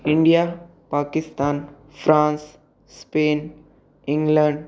India Pakistan France Spain England